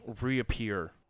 reappear